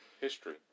history